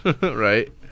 Right